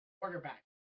quarterback